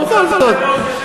גזירות,